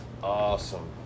awesome